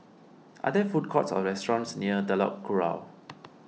are there food courts or restaurants near Telok Kurau